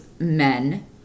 Men